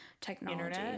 technology